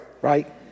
right